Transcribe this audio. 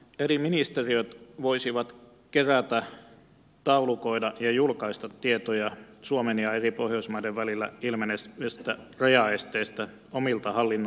eri ministeriöt voisivat kerätä taulukoida ja julkaista tietoja suomen ja eri pohjoismaiden välillä ilmenevistä rajaesteistä omilta hallinnonaloiltaan